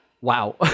wow